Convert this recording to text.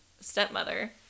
stepmother